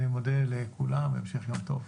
אני מודה לכולם, המשך יום טוב.